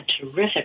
terrific